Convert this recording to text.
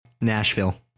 Nashville